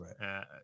right